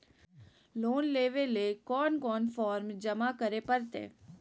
Loan लेवे ले कोन कोन फॉर्म जमा करे परते?